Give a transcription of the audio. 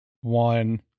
One